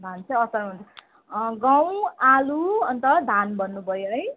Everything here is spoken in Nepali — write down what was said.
भने चाहिँ असारमा गहुँ आलु अनि त धान भन्नुभयो है